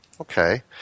Okay